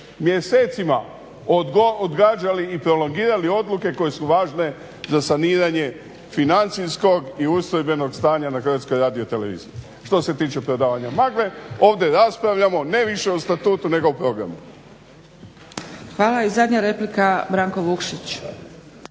mjesecima odgađali i prolongirali odluke koje su važne za saniranje financijskog i ustrojbenog stanja na Hrvatskoj radioteleviziji. Što se tiče prodavanja magle ovdje raspravljamo ne više o Statutu, nego o programu. **Zgrebec, Dragica (SDP)** Hvala. I zadnja replika Branko Vukšić.